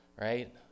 right